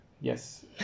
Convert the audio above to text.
Yes